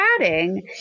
chatting